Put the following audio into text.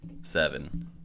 seven